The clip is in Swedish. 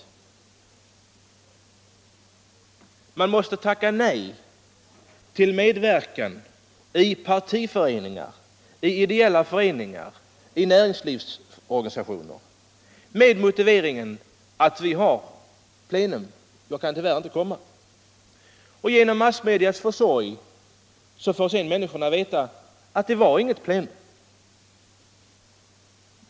Riksdagsledamöterna måste tacka nej till medverkan i partiföreningar, ideella föreningar och näringslivsorganisationer med motiveringen att det är plenum i riksdagen. Genom massmedias försorg får människorna sedan veta att det var inget plenum.